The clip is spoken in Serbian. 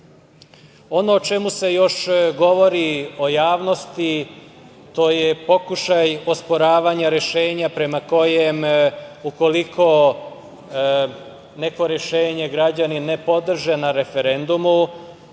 o čemu se još govori u javnosti, to je pokušaj osporavanja rešenja prema kojem ukoliko neko rešenje građani ne podrže na referendumu